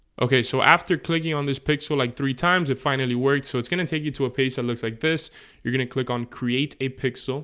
okay, so after clicking on this picture like three times it finally works, so it's going to take you to a page that looks like this you're gonna click on create a pixel